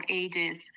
ages